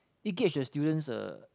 it gauge the student's uh